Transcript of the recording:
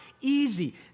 easy